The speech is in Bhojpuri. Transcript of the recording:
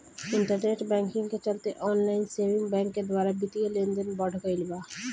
इंटरनेट बैंकिंग के चलते ऑनलाइन सेविंग बैंक के द्वारा बित्तीय लेनदेन बढ़ गईल बा